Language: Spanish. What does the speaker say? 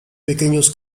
pequeños